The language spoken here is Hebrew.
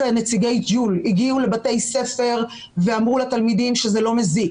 נציגי ג'ול הגיעו לבתי ספר ואמרו לתלמידים שזה לא מזיק,